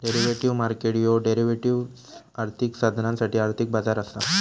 derivative market ह्यो derivatives, आर्थिक साधनांसाठी आर्थिक बाजार असा